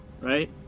right